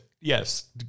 yes